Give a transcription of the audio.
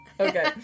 Okay